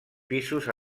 pisos